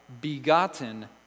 Begotten